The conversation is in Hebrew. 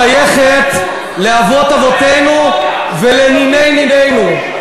שייכת לאבות אבותינו ולניני נינינו,